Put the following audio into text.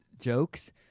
jokes